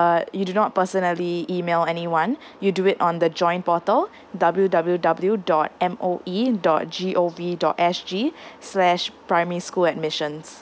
err you do not personally email any one you do it on the joint portal W_W_W dot M_O_E dot G_O_V dot S_G slash primary school admissions